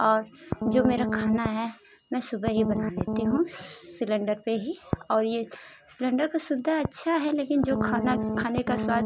और जो मेरा खाना है मैं सुबह ही बना लेती हूँ सिलेंडर पर ही और ये सिलेंडर का सुविधा अच्छा है लेकिन जो खाना खाने का स्वाद